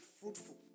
fruitful